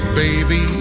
baby